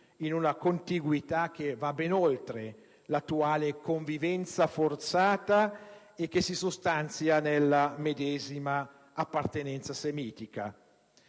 in una contiguità che va ben oltre l'attuale convivenza forzata e che si sostanzia nella medesima appartenenza semitica.